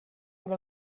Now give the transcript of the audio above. had